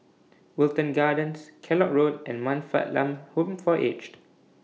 Wilton Gardens Kellock Road and Man Fatt Lam Home For Aged